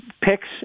picks